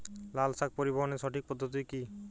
লালশাক পরিবহনের সঠিক পদ্ধতি কি?